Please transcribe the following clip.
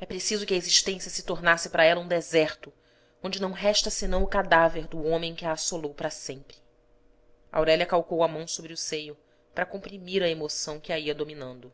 é preciso que a existência se tornasse para ela um deserto onde não resta senão o cadáver do homem que a assolou para sempre aurélia calcou a mão sobre o seio para comprimir a emoção que a ia dominando